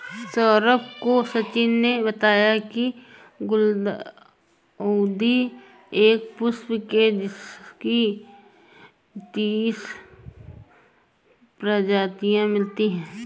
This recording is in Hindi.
सौरभ को सचिन ने बताया की गुलदाउदी एक पुष्प है जिसकी तीस प्रजातियां मिलती है